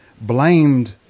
blamed